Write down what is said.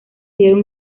dieron